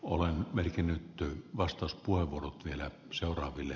olen merkinnyt tyly vastaus kuivunut vielä seuraaville